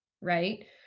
Right